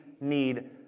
need